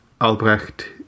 Albrecht